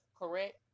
correct